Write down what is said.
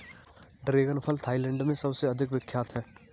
dragon फल Thailand में सबसे अधिक विख्यात है